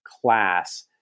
class